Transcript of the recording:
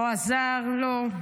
לא עזר לו.